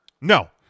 No